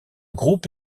groupe